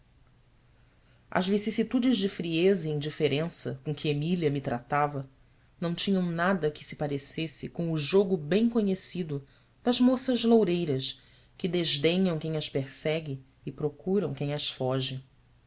as vicissitudes de frieza e indiferença com que emília me tratava não tinham nada que se parecesse com o jogo bem conhecido das moças loureiras que desdenham quem as persegue e procuram quem as foge